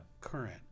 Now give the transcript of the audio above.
current